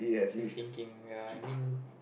just thinking ya I mean